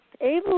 able